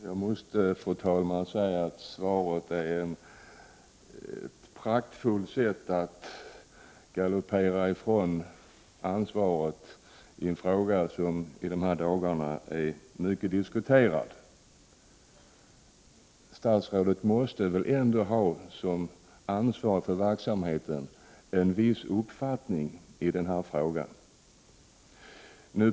Fru talman! Jag måste säga att svaret är ett praktfullt sätt att galoppera ifrån ansvaret i en fråga, som i dessa dagar är mycket diskuterad. Statsrådet som har ansvar för verksamheten måste väl ändå ha en uppfattning i frågan.